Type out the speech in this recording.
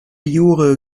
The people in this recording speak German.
jure